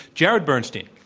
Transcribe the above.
jared bernstein.